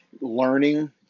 learning